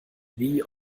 wie